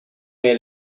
made